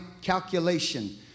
calculation